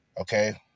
Okay